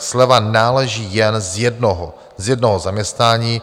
Sleva náleží jen z jednoho z jednoho zaměstnání.